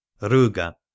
Ruga